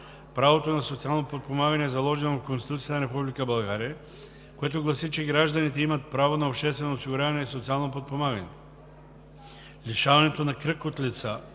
правото на социално подпомагане е заложено в Конституцията на Република България, която гласи, че гражданите имат право на обществено осигуряване и социално подпомагане. Лишаването на кръг от лица